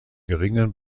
geringen